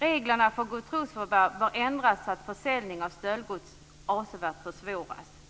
Reglerna för godtrosförvärv bör ändras så att försäljning av stöldgods avsevärt försvåras.